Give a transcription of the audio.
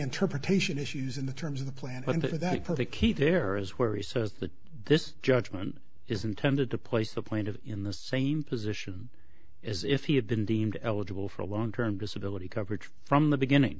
interpretation issues in the terms of the plan under that perfect heat errors where he says that this judgment is intended to place the point of in the same position as if he had been deemed eligible for a long term disability coverage from the beginning